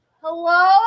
Hello